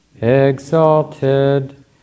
exalted